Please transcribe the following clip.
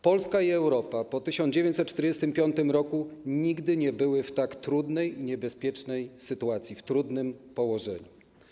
Polska i Europa po 1945 r. nigdy nie były w tak trudnej i niebezpiecznej sytuacji, w tak trudnym położeniu.